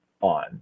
on